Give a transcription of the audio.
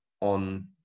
on